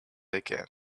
again